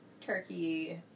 turkey